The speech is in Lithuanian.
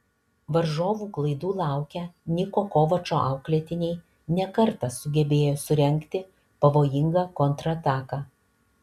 varžovų klaidų laukę niko kovačo auklėtiniai ne kartą sugebėjo surengti pavojingą kontrataką